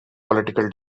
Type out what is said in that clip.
political